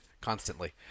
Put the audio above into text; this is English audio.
constantly